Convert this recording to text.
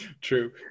true